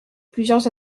plusieurs